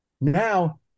Now